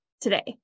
today